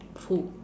who